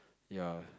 ya